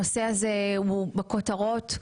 הנושא הזה הוא בכותרות,